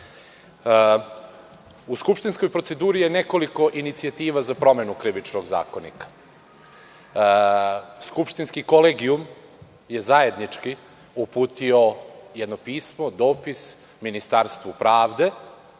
skupštinskoj proceduri je nekoliko inicijativa za promenu Krivičnog zakonika. Skupštinski kolegijum je zajednički uputio jedno pismo, dopis Ministarstvu pravde,